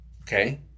okay